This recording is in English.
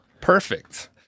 Perfect